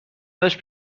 داشت